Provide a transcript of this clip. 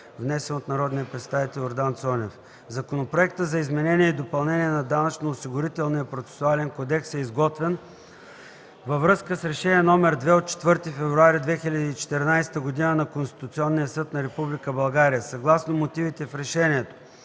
внесен от народния представител Йордан Цонев. Законопроектът за изменение и допълнение на Данъчно-осигурителния процесуален кодекс е изготвен във връзка с Решение № 2 от 4 февруари 2014 г. на Конституционния съд на Република България. Съгласно мотивите в решението